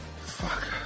Fuck